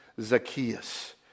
Zacchaeus